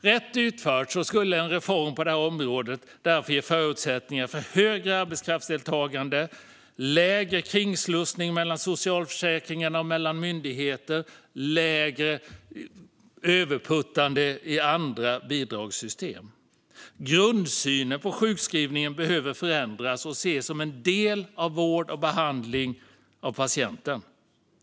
Rätt utförd skulle en reform på området därför ge förutsättningar för ett högre arbetskraftsdeltagande och mindre kringslussning mellan socialförsäkringar och myndigheter. Det blir mindre överputtande i andra bidragssystem. Grundsynen på sjukskrivningen behöver förändras och ses som en del av vård och behandling av patienten.